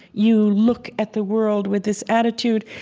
you look at the world with this attitude.